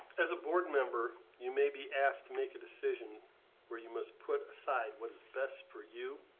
as a board member, you may be asked to make a decision where you must put aside what's best for you,